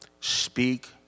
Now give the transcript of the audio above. Speak